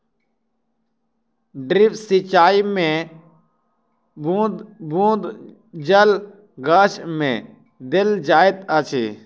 drip सिचाई मे बूँद बूँद जल गाछ मे देल जाइत अछि